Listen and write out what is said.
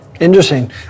Interesting